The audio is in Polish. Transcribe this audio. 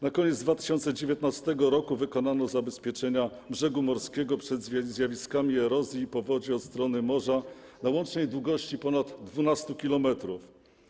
Na koniec 2019 r. wykonano zabezpieczenia brzegu morskiego przed zjawiskami erozji i powodzi od strony morza na łącznej długości ponad 12 km.